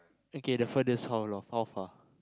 okay the furthest how long how far